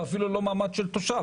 ואפילו לא על מעמד של תושב.